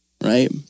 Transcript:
Right